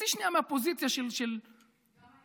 תצאי שנייה מהפוזיציה של, גם אני.